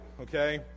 okay